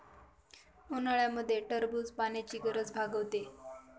उन्हाळ्यामध्ये टरबूज पाण्याची गरज भागवते